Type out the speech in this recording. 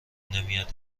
نمیاد